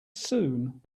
soon